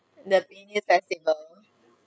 the penis festival